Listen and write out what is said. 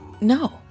No